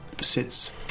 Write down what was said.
sits